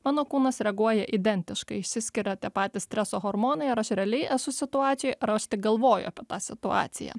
mano kūnas reaguoja identiškai išsiskiria tie patys streso hormonai ar aš realiai esu situacijoj ar aš tik galvoju apie tą situaciją